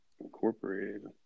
incorporated